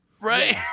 Right